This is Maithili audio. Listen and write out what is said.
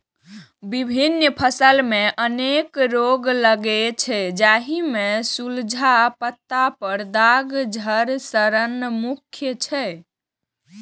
विभिन्न फसल मे अनेक रोग लागै छै, जाहि मे झुलसा, पत्ता पर दाग, धड़ सड़न मुख्य छै